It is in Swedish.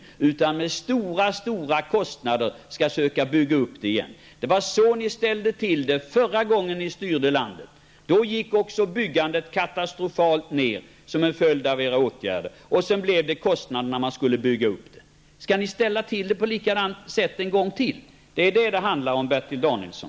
Då får vi bygga upp detta igen med mycket stora kostnader som följd. Det var så ni ställde till det förra gången ni styrde landet. Även då gick byggandet ned katastrofalt som en följd av era åtgärder. Sedan blev det kostnader när man skulle öka byggandet. Skall ni ställa till det på ett likadant sätt en gång till? Det är vad det handlar om Bertil Danielsson.